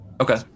Okay